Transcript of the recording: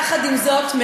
יחד עם זאת,